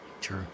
True